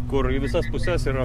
kur į visas puses yra